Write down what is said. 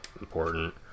important